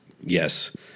Yes